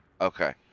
Okay